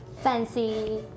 fancy